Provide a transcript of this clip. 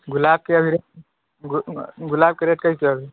गुलाब के गुलाब के रेट की छौं